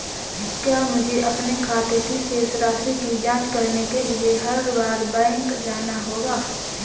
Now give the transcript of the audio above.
क्या मुझे अपने खाते की शेष राशि की जांच करने के लिए हर बार बैंक जाना होगा?